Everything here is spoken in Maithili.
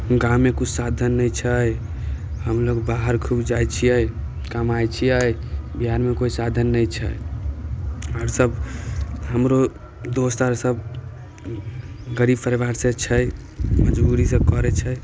गाममे कुछ साधन नहि छै हमलोग बाहर खूब जाइ छियै कमाइ छियै बिहारमे कोइ साधन नहि छै आर सब हमरो दोस्त आर सब गरीब परिवार से छै मजदूरी इसब करै छै